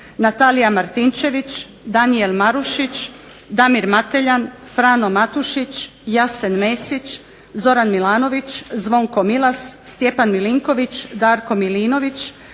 Natalija Martinčević, Danijel Marušić, Damir Mateljan, Frano Matušić, Jasen Mesić, Zoran Milanović, Zvonko Milas, Stjepan Milinković, Darko Milinović,